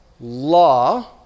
law